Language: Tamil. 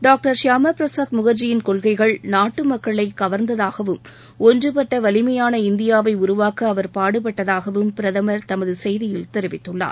டாக்டர் ஷியாமா பிரசாத் முகாஜியின் கொள்கைகள் நாட்டு மக்களை கவர்ந்ததாகவும் ஒன்றுபட்ட வலிமையான இந்தியாவை உருவாக்க அவர் பாடுப்பட்டதாகவும் பிரதமர் தனது செய்தியில் தெரிவித்துள்ளார்